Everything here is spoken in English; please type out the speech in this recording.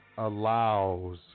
Allows